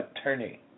attorney